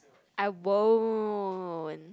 I won't